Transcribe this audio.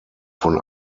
von